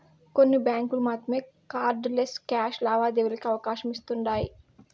కొన్ని బ్యాంకులు మాత్రమే కార్డ్ లెస్ క్యాష్ లావాదేవీలకి అవకాశమిస్తుండాయ్